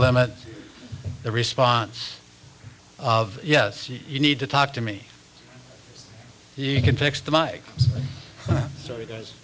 limit the response of yes you need to talk to me you can fix the mike so the